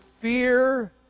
fear